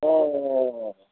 অঁ